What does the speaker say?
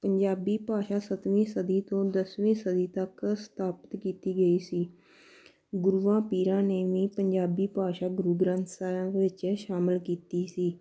ਪੰਜਾਬੀ ਭਾਸ਼ਾ ਸੱਤਵੀਂ ਸਦੀ ਤੋਂ ਦਸਵੀਂ ਸਦੀ ਤੱਕ ਸਥਾਪਿਤ ਕੀਤੀ ਗਈ ਸੀ ਗੁਰੂਆਂ ਪੀਰਾਂ ਨੇ ਵੀ ਪੰਜਾਬੀ ਭਾਸ਼ਾ ਗੁਰੂ ਗ੍ਰੰਥ ਸਾਹਿਬ ਵਿੱਚ ਸ਼ਾਮਿਲ ਕੀਤੀ ਸੀ